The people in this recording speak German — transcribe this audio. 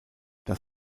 das